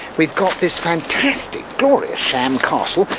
we've got this fantastic glorious sham castle,